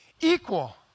Equal